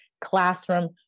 Classroom